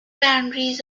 boundaries